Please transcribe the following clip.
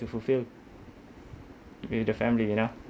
to fulfil with the family you know